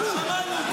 די, בן גביר העבריין.